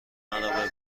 مرا